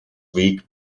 week